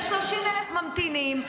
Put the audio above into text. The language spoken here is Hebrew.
יש 30,000 ממתינים,